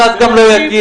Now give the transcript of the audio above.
הגז גם לא יגיע.